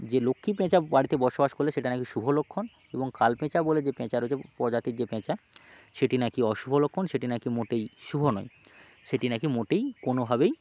যে লক্ষ্মীপ্যাঁচা বাড়িতে বসবাস করলে সেটা না কি শুভ লক্ষণ এবং কালপ্যাঁচা বলে যে প্যাঁচা রয়েছে প্রজাতির যে প্যাঁচা সেটি না কি অশুভ লক্ষণ সেটি না কি মোটেই শুভ নয় সেটি না কি মোটেই কোনভাবেই